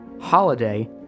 Holiday